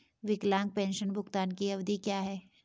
विकलांग पेंशन भुगतान की अवधि क्या है?